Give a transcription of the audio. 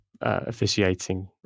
officiating